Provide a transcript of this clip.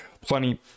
plenty